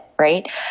Right